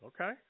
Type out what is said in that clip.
Okay